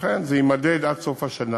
לכן זה יימדד עד סוף השנה.